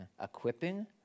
Equipping